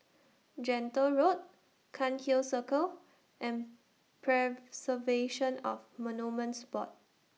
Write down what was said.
Gentle Road Cairnhill Circle and Preservation of Monuments Board